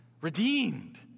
redeemed